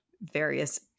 various